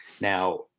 now